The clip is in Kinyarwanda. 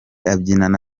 abyinana